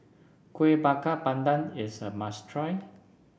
Kueh Bakar Pandan is a must try